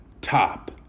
Top